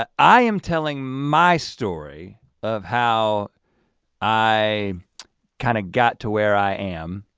ah i am telling my story of how i kinda got to where i am